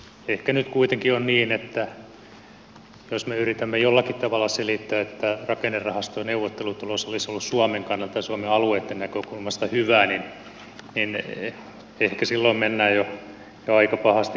ehkä nyt kuitenkin on niin että jos me yritämme jollakin tavalla selittää että rakennerahastoneuvottelutulos olisi ollut suomen kannalta ja suomen alueitten näkökulmasta hyvä niin ehkä silloin mennään jo aika pahasti pieleen